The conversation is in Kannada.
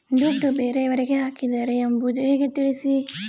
ದುಡ್ಡು ಬೇರೆಯವರಿಗೆ ಹಾಕಿದ್ದಾರೆ ಎಂಬುದು ಹೇಗೆ ತಿಳಿಸಿ?